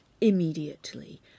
immediately